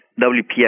WPF